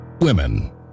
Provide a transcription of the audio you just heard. women